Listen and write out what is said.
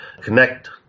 connect